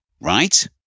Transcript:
right